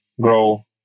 grow